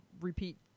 repeat